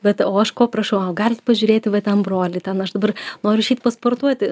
bet o aš ko prašau o galit pažiūrėti va ten brolį ten aš dabar noriu išeit pasportuoti